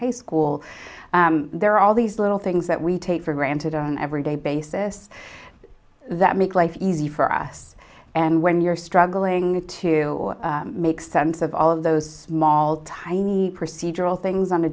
high school there are all these little things that we take for granted an everyday basis that make life easy for us and when you're struggling to make sense of all of those small tiny procedural things on a